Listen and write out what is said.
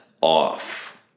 off